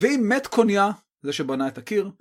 ואם מת קוניה, זה שבנה את הקיר.